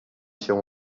cię